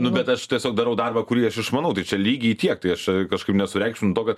nu bet aš tiesiog darau darbą kurį aš išmanau tai čia lygiai tiek tai aš kažkaip nesureikšminu to kad